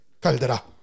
Caldera